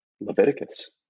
Leviticus